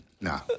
no